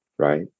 right